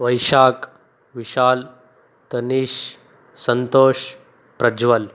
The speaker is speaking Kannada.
ವೈಶಾಖ್ ವಿಶಾಲ್ ತನೀಷ್ ಸಂತೋಷ್ ಪ್ರಜ್ವಲ್